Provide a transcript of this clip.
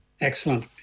Excellent